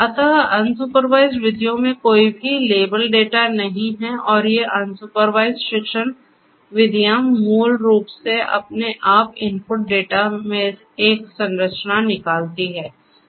अतः अनसुपरवाइजड विधियों में कोई भी लेबल डेटा नहीं है और ये अनसुपरवाइजड शिक्षण विधियाँ मूल रूप से अपने आप इनपुट डेटा में एक संरचना निकालती हैं